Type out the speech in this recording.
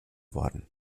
worden